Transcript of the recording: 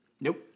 Nope